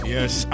Yes